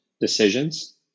decisions